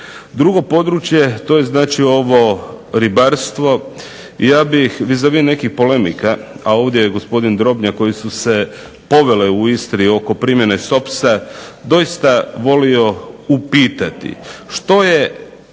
Drugo područje, to je znači ovo ribarstvo, ja bih vis-a-vis nekih polemika, a ovdje je gospodin Drobnjak koje su se povele u Istri oko primjene SOPS-a doista volio upitati što je